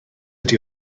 ydi